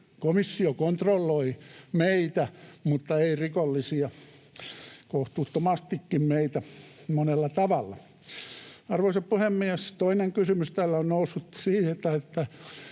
komissio kontrolloi meitä, mutta ei rikollisia — meitä kohtuuttomastikin monella tavalla. Arvoisa puhemies! Toinen kysymys täällä on noussut siitä, että